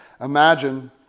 Imagine